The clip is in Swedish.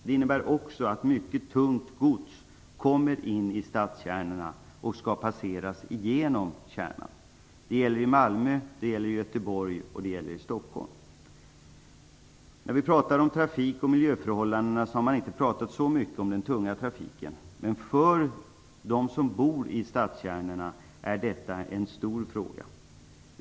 Det innebär också att mycket tungt gods kommer in i stadskärnorna och skall passera genom dem. Det gäller i Malmö, i Göteborg och i Stockholm. När man talar om trafik och miljöförhållandena har man inte talat så mycket om den tunga trafiken. För dem som bor i stadskärnorna är detta en stor fråga.